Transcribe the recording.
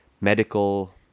medical